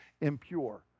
impure